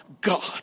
God